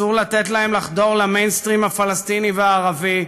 אסור לתת להם לחדור למיינסטרים הפלסטיני והערבי,